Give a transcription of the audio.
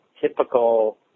typical